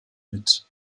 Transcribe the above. mit